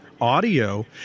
audio